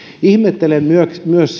ihmettelen myös myös